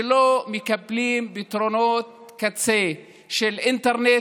שלא מקבלים פתרונות קצה של אינטרנט,